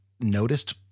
noticed